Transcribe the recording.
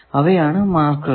അവയാണ് മാർക്കറുകൾ